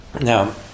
Now